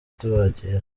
tubakira